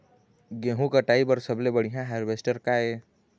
गेहूं कटाई बर सबले बढ़िया हारवेस्टर का ये?